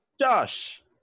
Josh